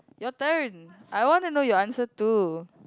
your turn I wanna know your answer too